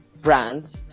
brands